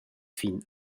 fin